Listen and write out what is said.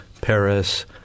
Paris